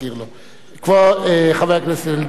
חבר הכנסת אלדד, בבקשה.